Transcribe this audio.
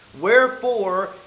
Wherefore